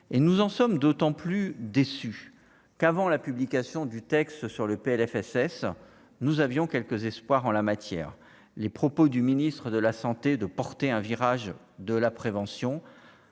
et nous en sommes d'autant plus déçu qu'avant la publication du texte sur le PLFSS nous avions quelques espoirs en la matière, les propos du ministre de la santé, de porter un virage de la prévention